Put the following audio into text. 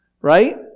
right